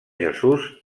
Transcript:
jesús